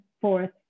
fourth